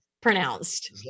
pronounced